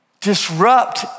Disrupt